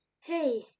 hey